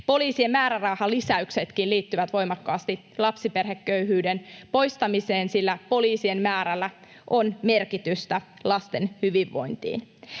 Poliisin määrärahalisäyksetkin liittyvät voimakkaasti lapsiperheköyhyyden poistamiseen, sillä poliisien määrällä on merkitystä lasten hyvinvoinnille.